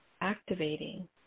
activating